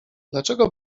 dlaczego